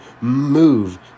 move